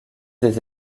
des